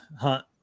hunt